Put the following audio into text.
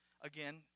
again